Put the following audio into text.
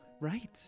Right